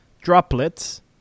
droplets